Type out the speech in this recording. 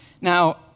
Now